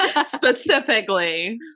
Specifically